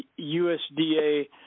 USDA